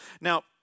Now